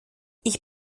ich